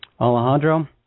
Alejandro